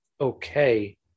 okay